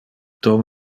tom